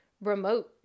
remote